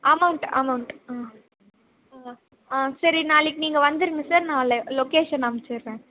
amount amount ஆ ஆ சரி நாளைக்கு நீங்கள் வந்துருங்க சார் நான் லொகேஷன் அனுப்பிச்சுறேன்